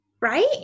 right